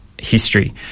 history